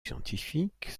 scientifiques